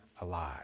alive